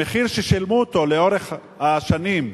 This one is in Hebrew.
המחיר ששילמו לאורך השנים,